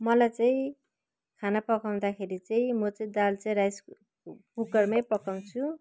मलाई चाहिँ खाना पकाउँदाखेरि चाहिँ म चाहिँ दाल चाहिँ राइस कुकरमै पकाउँछु